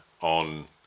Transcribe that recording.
on